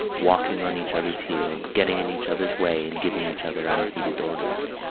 walking on each other's heels, getting in each other's way and giving each other unheeded orders.